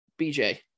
BJ